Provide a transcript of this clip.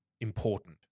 important